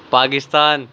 Pakistan